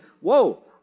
whoa